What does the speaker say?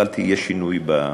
אבל יהיה שינוי בנושא.